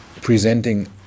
presenting